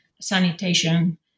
sanitation